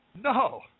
no